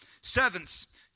Servants